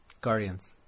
Guardians